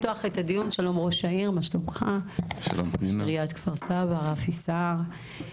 שלום לכולם, שלום לכבוד ראש העיר כפר סבא רפי סער,